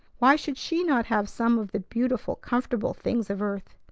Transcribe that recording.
why should she not have some of the beautiful, comfortable things of earth?